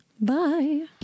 Bye